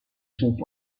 soap